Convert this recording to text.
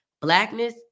Blackness